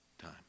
time